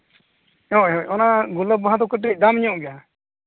ᱦᱳᱭ ᱦᱳᱭ ᱚᱱᱟ ᱜᱩᱞᱟᱹᱵ ᱵᱟᱦᱟ ᱫᱚ ᱠᱟᱹᱴᱤᱡ ᱫᱟᱢ ᱧᱚᱜ ᱜᱮᱭᱟ